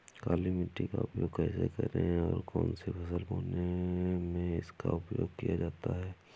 काली मिट्टी का उपयोग कैसे करें और कौन सी फसल बोने में इसका उपयोग किया जाता है?